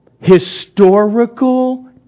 historical